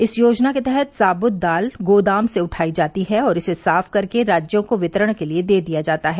इस योजना के तहत साबुत दाल गोदाम से उठाई जाती है और इसे साफ करके राज्यों को वितरण के लिए दे दिया जाता है